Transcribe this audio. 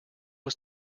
was